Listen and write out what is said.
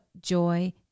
joy